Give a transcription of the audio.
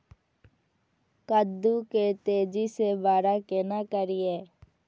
कद्दू के तेजी से बड़ा केना करिए?